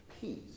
peace